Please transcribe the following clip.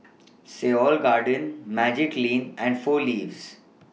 Seoul Garden Magiclean and four Leaves